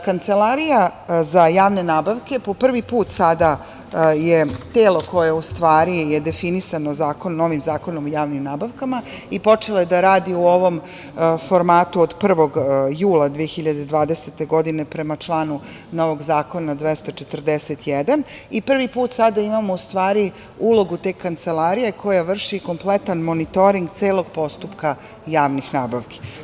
Kancelarija za javne nabavke po prvi put sada je telo koje u stvari je definisano novim Zakonom o javnim nabavkama i počela je da radi u ovom formatu od 01. jula 2020. godine, prema članu novog zakona 241. i prvi put sada imamo, u stvari, ulogu te kancelarije koja vrši kompletan monitoring celog postupka javnih nabavki.